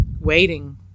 waiting